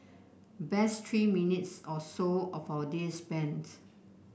best three minutes or so of our day spends